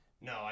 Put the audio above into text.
No